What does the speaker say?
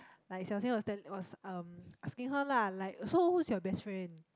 like Xiao-Xing was telling was um asking her lah like so who's your best friend